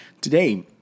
Today